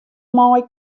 mei